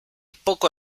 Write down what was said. poco